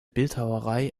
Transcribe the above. bildhauerei